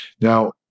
now